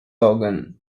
organ